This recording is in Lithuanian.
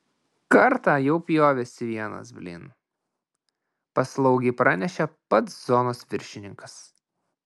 kartą jau pjovėsi venas blin paslaugiai pranešė pats zonos viršininkas